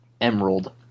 Emerald